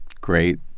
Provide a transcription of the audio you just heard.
great